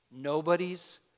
Nobody's